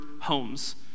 homes